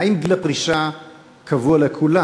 האם גיל הפרישה קבוע לכולם?